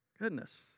Goodness